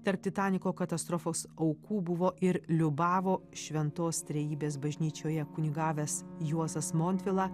tarp titaniko katastrofos aukų buvo ir liubavo šventos trejybės bažnyčioje kunigavęs juozas montvila